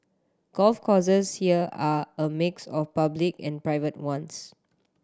golf courses here are a mix of public and private ones